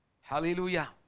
Hallelujah